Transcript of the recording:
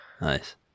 Nice